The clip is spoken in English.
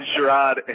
Sherrod